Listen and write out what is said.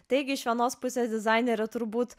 taigi iš vienos pusės dizainerė turbūt